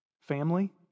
Family